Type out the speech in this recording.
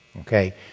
Okay